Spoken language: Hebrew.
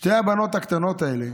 שתי הבנות הקטנות האלה